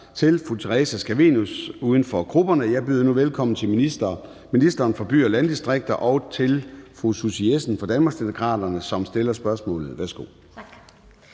til fru Theresa Scavenius, uden for grupperne. Jeg byder nu velkommen til ministeren for byer og landdistrikter og til fru Susie Jessen fra Danmarksdemokraterne, som stiller spørgsmålet. Kl.